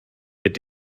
mit